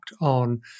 on